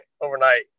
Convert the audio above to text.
overnight